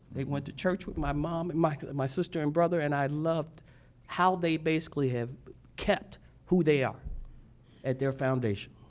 they went to church with my mom, my my sister, and brother and i love how they basically kept who they are at their foundation.